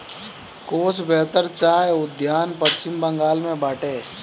कोच बेहर चाय उद्यान पश्चिम बंगाल में बाटे